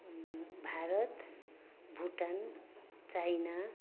Bharat Bhutan China